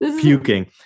puking